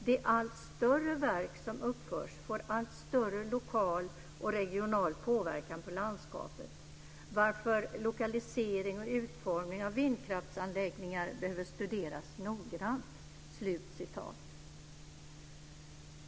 De allt större verk som uppförs får allt större lokal och regional påverkan på landskapet, varför lokalisering och utformning av vindkraftsanläggningar behöver studeras noggrant.